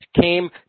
came